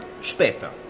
später